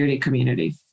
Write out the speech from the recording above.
community